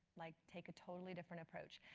like take a totally different approach.